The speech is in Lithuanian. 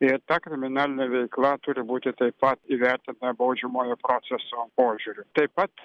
ir ta kriminalinė veikla turi būti taip pat įvertinta baudžiamojo proceso požiūriu taip pat